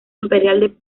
imperial